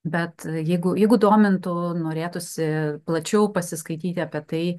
bet jeigu jeigu domintų norėtųsi plačiau pasiskaityti apie tai